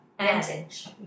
Vintage